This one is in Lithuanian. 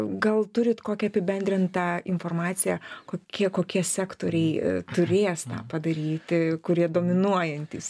gal turit kokią apibendrintą informaciją kokie kokie sektoriai turės tą padaryti kurie dominuojantys